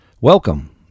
welcome